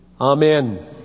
Amen